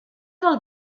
del